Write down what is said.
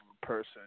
person